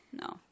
no